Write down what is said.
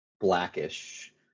blackish